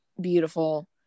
beautiful